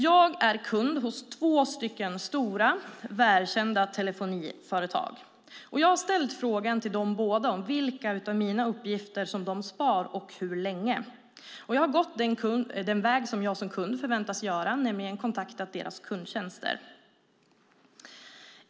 Jag är kund hos två stora välkända telefoniföretag. Jag har ställt frågan till dem båda om vilka av mina uppgifter som de sparar och hur länge. Jag har gått den väg som jag som kund förväntas gå och kontaktat deras kundtjänster.